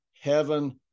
heaven